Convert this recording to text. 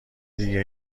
دیگه